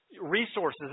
resources